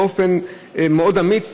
באופן מאוד אמיץ,